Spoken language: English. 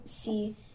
see